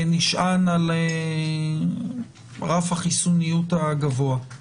נשען על רף החיסוניות הגבוה.